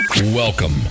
Welcome